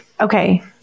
Okay